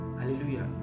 hallelujah